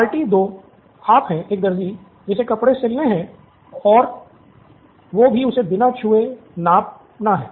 party 2 आप है एक दर्जी जिसे कपड़े सिलने हैं और वो भी उसे बिना छुए नापना है